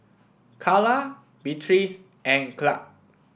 Carla Beatriz and Clark